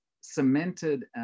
cemented